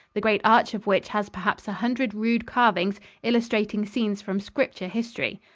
the great arch of which has perhaps a hundred rude carvings illustrating scenes from scripture history.